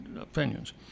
opinions